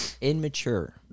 Immature